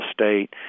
State